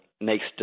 makes